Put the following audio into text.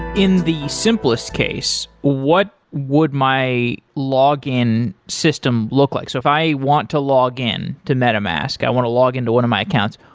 in the simplest case, what would my login system look like? so if i want to login to metamask, want to login to one of my accounts,